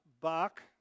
Bach